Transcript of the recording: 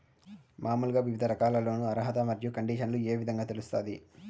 మామూలుగా వివిధ రకాల లోను అర్హత మరియు కండిషన్లు ఏ విధంగా తెలుస్తాది?